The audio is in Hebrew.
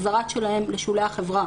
החזרה שלהן לשולי החברה,